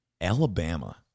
Alabama